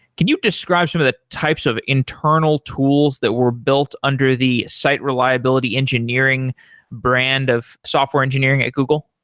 can you describe some of the types of internal tools that were built under the site reliability engineering brand of software engineering at google?